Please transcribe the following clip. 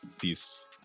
peace